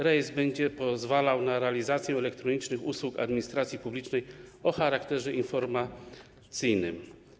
Rejestr będzie pozwalał na realizację elektronicznych usług administracji publicznej o charakterze informacyjnym.